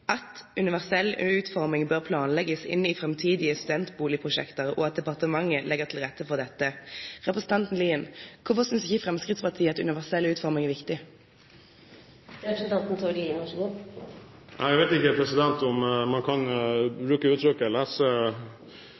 at universell utforming bør planlegges inn i framtidige studentboligprosjekter, og at departementet legger til rette for dette.» Spørsmålet til representanten Lien er: Hvorfor synes ikke Fremskrittspartiet at universell utforming er viktig? Jeg vet ikke om man kan bruke